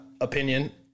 opinion